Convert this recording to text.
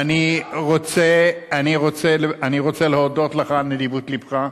אני רוצה להודות לך על נדיבות לבך.